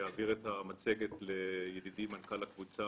אחר כך אעביר את המצגת לידידי מנכ"ל הקבוצה,